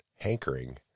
hankering